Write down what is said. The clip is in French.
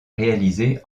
réalisée